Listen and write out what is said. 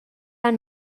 han